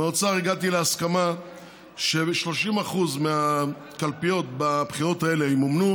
עם האוצר הגעתי להסכמה ש-30% מהקלפיות בבחירות האלה ימומנו